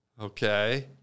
Okay